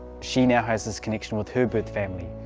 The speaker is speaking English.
she now has this connection with her birth family.